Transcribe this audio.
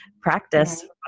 practice